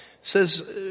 says